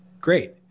great